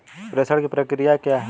प्रेषण की प्रक्रिया क्या है?